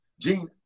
Gene